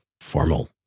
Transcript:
formal